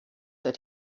that